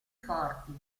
forti